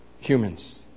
humans